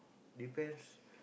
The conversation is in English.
depends